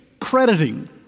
crediting